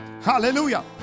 hallelujah